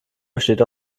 besteht